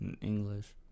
English